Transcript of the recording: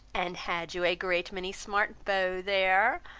and had you a great many smart beaux there?